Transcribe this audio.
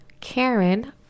Karen